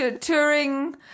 touring